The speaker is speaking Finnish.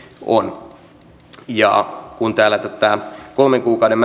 on kun täällä tästä kolmen kuukauden